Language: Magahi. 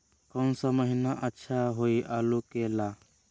कौन सा महीना अच्छा होइ आलू के ला?